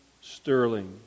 Sterling